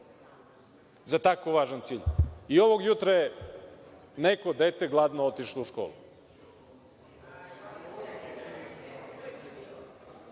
za tako važan cilj. Ovog jutra je neko dete gladno otišlo u